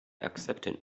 accepting